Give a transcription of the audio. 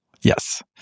Yes